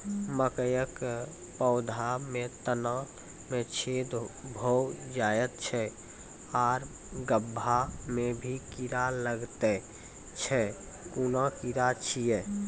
मकयक पौधा के तना मे छेद भो जायत छै आर गभ्भा मे भी कीड़ा लागतै छै कून कीड़ा छियै?